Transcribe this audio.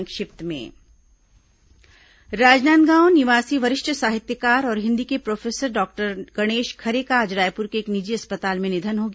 संक्षिप्त समाचार राजनांदगांव निवासी वरिष्ठ साहित्यकार और हिन्दी के प्रोफेसर डॉक्टर गणेश खरे का आज रायपुर के एक निजी अस्पताल में निधन हो गया